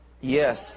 yes